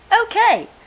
Okay